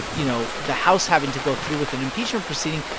you know, the house having to go through with an impeachment proceeding.